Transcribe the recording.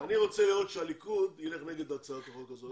אני רוצה לראות שהליכוד ילך נגד הצעת החוק הזאת,